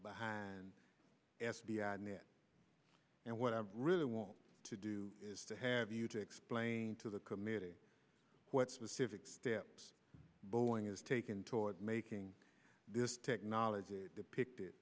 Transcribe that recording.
and f b i net and what i really want to do is to have you to explain to the committee what specific steps boeing is taking toward making this technology depicted